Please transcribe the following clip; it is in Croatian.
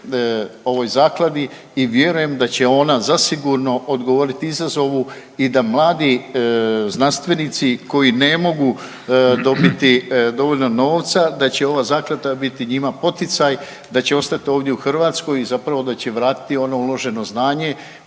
ovoj zakladi i vjerujem da će ona zasigurno odgovorit izazovu i da mladi znanstvenici koji ne mogu dobiti dovoljno novca da će ova zaklada biti njima poticaj da će ostat ovdje u Hrvatskoj i zapravo da će vratiti ono uloženo znanje